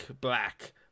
black